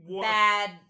bad